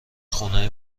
خونه